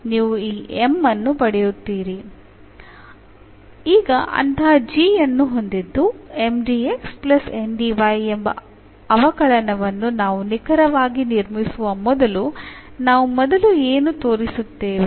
ಈಗ ಅಂತಹ G ಯನ್ನು ಹೊಂದಿದ್ದು ಎಂಬ ಅವಕಲನವನ್ನು ನಾವು ನಿಖರವಾಗಿ ನಿರ್ಮಿಸುವ ಮೊದಲು ನಾವು ಮೊದಲು ಏನು ತೋರಿಸುತ್ತೇವೆ